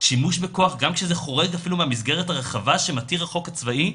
שימוש בכוח גם כשזה חורג אפילו מהמסגרת הרחבה שמתיר החוק הצבאי,